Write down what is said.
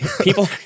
People